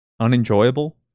unenjoyable